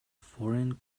foreign